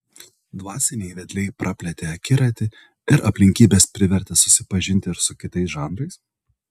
dvasiniai vedliai praplėtė akiratį ar aplinkybės privertė susipažinti ir su kitais žanrais